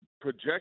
project